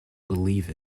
believe